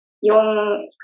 yung